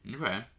Okay